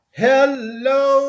hello